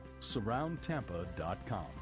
Surroundtampa.com